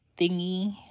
thingy